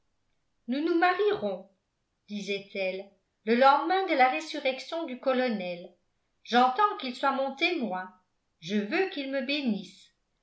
nous nous marierons disait-elle le lendemain de la résurrection du colonel j'entends qu'il soit mon témoin je veux qu'il me bénisse